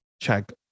check